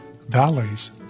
Valleys